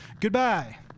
Goodbye